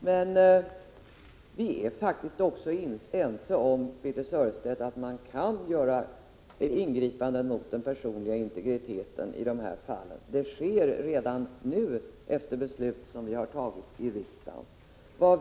Men vi är faktiskt också ense om, Birthe Sörestedt, att vi kan göra ingripanden mot den personliga integriteten i de här fallen. Det sker redan nu — efter beslut som har fattats här i riksdagen.